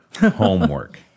homework